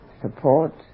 support